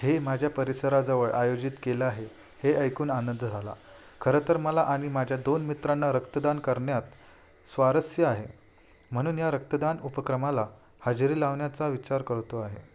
हे माझ्या परिसराजवळ आयोजित केलं आहे हे ऐकून आनंद झाला खरंतर मला आणि माझ्या दोन मित्रांना रक्तदान करण्यात स्वारस्य आहे म्हणून या रक्तदान उपक्रमाला हजेरी लावण्याचा विचार करतो आहे